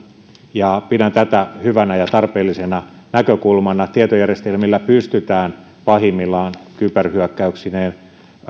ja pidän tätä hyvänä ja tarpeellisena näkökulmana tietojärjestelmillä pystytään pahimmillaan kyberhyökkäyksineen